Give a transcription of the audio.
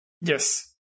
Yes